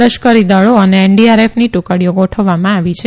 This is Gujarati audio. લશ્કરી દળો તથા એનડીઆરએફની ટુકડીઓ ગોઠવવામાં આવી છે